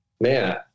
man